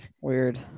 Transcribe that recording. Weird